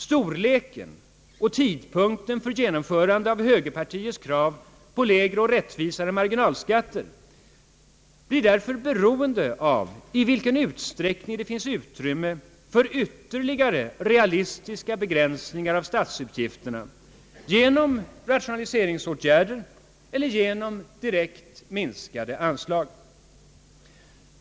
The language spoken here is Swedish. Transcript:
Storleken av och tidpunkten för genomförande av högerpartiets krav på lägre och rättvisare marginalskatter blir därför beroende av i vilken utsträckning det finns utrymme för ytterligare realistiska begränsningar av statsutgifterna genom =<rationaliseringsåtgärder = eller genom direkt minskade anslag.